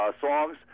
songs